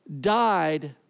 died